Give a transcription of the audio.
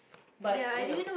but you know